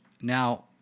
Now